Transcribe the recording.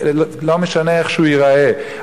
לא משנה איך הוא ייראה.